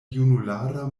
junulara